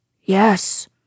Yes